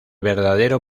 verdadero